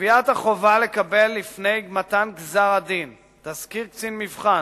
קביעת החובה לקבל לפני מתן גזר-הדין תסקיר קצין מבחן